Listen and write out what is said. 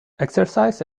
exercise